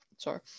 Sorry